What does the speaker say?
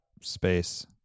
space